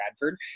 Bradford